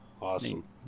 Awesome